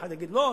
אחד יגיד: לא,